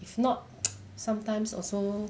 if not sometimes also